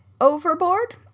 overboard